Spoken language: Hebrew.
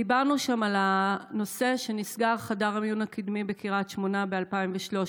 דיברנו שם על כך שנסגר חדר המיון הקדמי בקריית שמונה ב-2013.